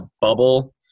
bubble –